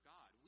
God